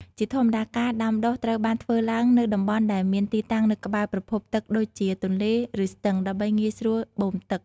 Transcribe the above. ជាធម្មតា ការដាំដុះត្រូវបានធ្វើឡើងនៅតំបន់ដែលមានទីតាំងនៅក្បែរប្រភពទឹកដូចជា ទន្លេ ឬស្ទឹង ដើម្បីងាយស្រួលបូមទឹក។